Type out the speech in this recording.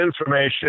information